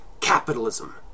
Capitalism